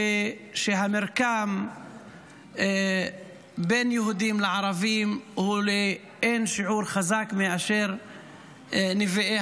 ושהמרקם בין יהודים לערבים הוא לאין שיעור חזק ממה שנביאי